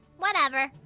whatever.